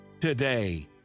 today